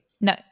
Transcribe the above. No